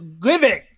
living